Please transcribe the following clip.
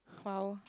!wow!